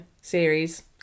series